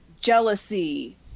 jealousy